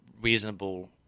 reasonable